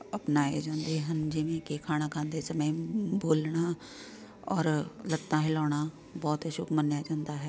ਅਪਣਾਏ ਜਾਂਦੇ ਹਨ ਜਿਵੇਂ ਕਿ ਖਾਣਾ ਖਾਂਦੇ ਸਮੇਂ ਬੋਲਣਾ ਔਰ ਲੱਤਾਂ ਹਿਲਾਉਣਾ ਬਹੁਤ ਅਸ਼ੁੱਭ ਮੰਨਿਆ ਜਾਂਦਾ ਹੈ